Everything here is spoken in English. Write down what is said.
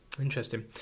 Interesting